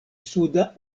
suda